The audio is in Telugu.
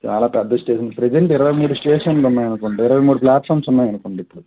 చాలా పెద్ద స్టేషన్ ప్రెసెంట్ ఇరవై మూడు స్టేషన్లు ఉన్నాయి అనుకుంటాను ఇరవై మూడు ప్లాట్ఫారమ్స్ ఉన్నాయి అనుకోండి ఇప్పడు